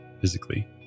physically